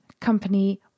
company